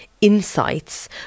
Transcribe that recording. insights